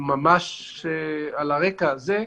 וממש על הרקע הזה,